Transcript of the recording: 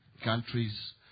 countries